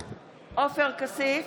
עופר כסיף,